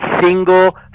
single